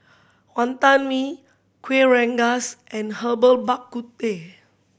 Wantan Mee Kuih Rengas and Herbal Bak Ku Teh